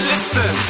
Listen